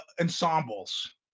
ensembles